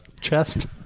chest